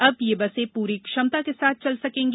अब ये बसें पूरी क्षमता के साथ चल सकेंगी